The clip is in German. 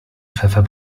pfeffer